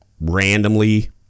randomly